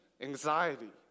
anxiety